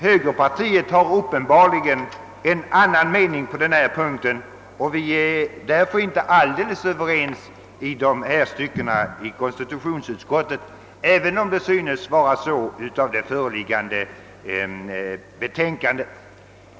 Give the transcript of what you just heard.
Högerpartiet har uppenbarligen en annan mening på denna punkt. Vi är därför inte helt överens i dessa stycken i konstitutionsutskottet, även om det kan synas vara så av det föreliggande utlåtandet.